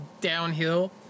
downhill